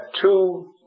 two